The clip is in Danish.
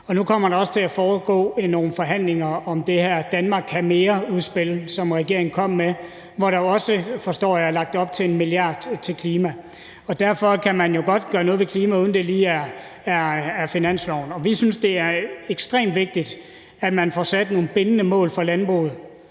nu kommer der også til at foregå nogle forhandlinger om det her »Danmark kan mere«-udspil, som regeringen er kommet med, og hvor der jo også, forstår jeg, er lagt op til at afsætte 1 mia. kr. til klimaområdet. Derfor kan man jo godt gøre noget ved klimaet, uden at det lige er på finansloven. Vi synes, det er ekstremt vigtigt, at man får sat nogle bindende mål for landbruget,